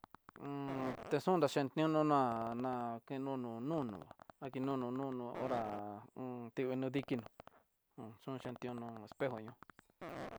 techuna intiunó ná, na nakeno no nunu, nakeno nunu horá h tinguino dikinró oxhentiuno espejo ño'ó.